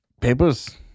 Papers